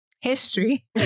history